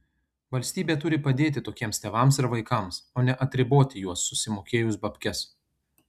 valstybė turi padėti tokiems tėvams ir vaikams o ne atriboti juos susimokėjus babkes